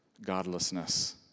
godlessness